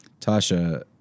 Tasha